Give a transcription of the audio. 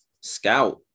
scout